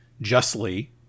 justly